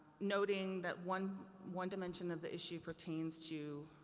noting that one, one dimension of the issue pertains to